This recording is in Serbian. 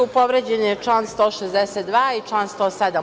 Povređen je član 162. i član 107.